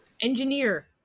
Engineer